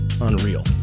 Unreal